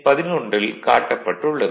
11ல் காட்டப்பட்டுள்ளது